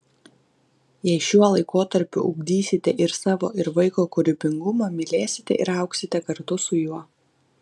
jei šiuo laikotarpiu ugdysite ir savo ir vaiko kūrybingumą mylėsite ir augsite kartu su juo